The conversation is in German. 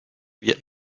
wird